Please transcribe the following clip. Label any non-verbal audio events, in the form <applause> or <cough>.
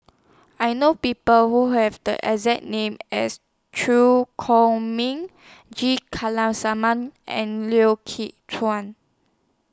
I know People Who Have The exact name as Chew Chor Meng G <unintelligible> and Lau <unintelligible> Chuan